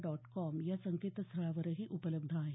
dot com या संकेतस्थळावरही उपलब्ध आहे